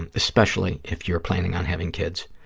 and especially if you're planning on having kids.